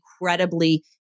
incredibly